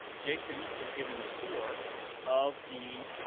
jason is giving a tour of the.